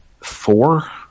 Four